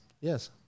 Yes